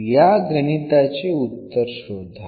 या गणिताचे उत्तर शोधा